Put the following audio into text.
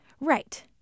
Right